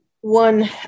one